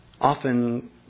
often